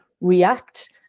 react